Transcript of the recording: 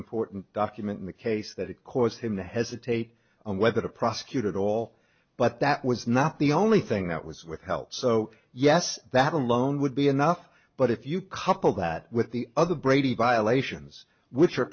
important document in the case that it caused him to hesitate on whether to prosecute it all but that was not the only thing that was with help so yes that alone would be enough but if you couple that with the other brady violations which are